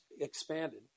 expanded